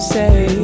say